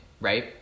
right